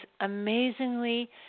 amazingly